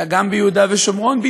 אלא גם ביהודה ושומרון,